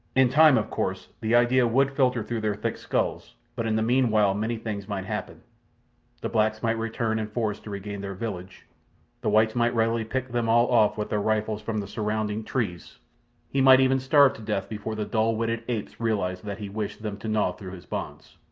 in time, of course, the idea would filter through their thick skulls, but in the meanwhile many things might happen the blacks might return in force to regain their village the whites might readily pick them all off with their rifles from the surrounding trees he might even starve to death before the dull-witted apes realized that he wished them to gnaw through his bonds.